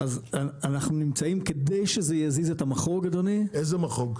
אז אנחנו נמצאים כדי שזה יזיז את המחוג אדוני -- איזה מחוג?